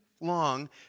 long